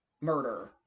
murder